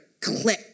Click